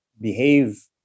behave